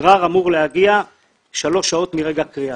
גרר אמור להגיע שלוש שעות מרגע קריאה.